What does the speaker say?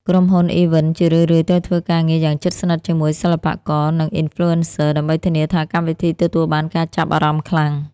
ក្រុមហ៊ុន Event ជារឿយៗត្រូវធ្វើការងារយ៉ាងជិតស្និទ្ធជាមួយសិល្បករ និង Influencers ដើម្បីធានាថាកម្មវិធីទទួលបានការចាប់អារម្មណ៍ខ្លាំង។